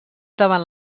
davant